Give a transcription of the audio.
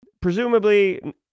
presumably